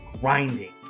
grinding